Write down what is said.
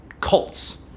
cults